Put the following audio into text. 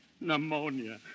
Pneumonia